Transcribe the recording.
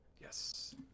Yes